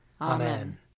Amen